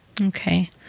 Okay